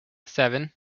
seven